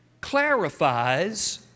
clarifies